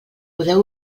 podeu